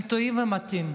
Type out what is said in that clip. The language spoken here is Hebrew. הם טועים ומטעים.